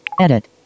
Edit